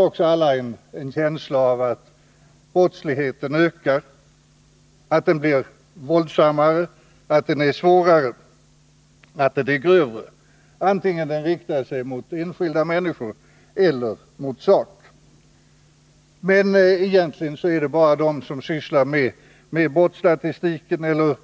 Vi har alla också en känsla av att brottsligheten ökar, att den blir våldsammare och grövre, antingen den riktar sig mot enskilda människor eller mot sak. Men egentligen är det bara de som sysslar med brottsstatistik eller